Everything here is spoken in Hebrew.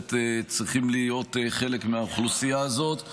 שבהחלט צריכים להיות חלק מהאוכלוסייה הזאת,